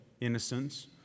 innocence